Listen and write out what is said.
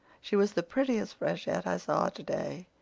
she was the prettiest freshette i saw today,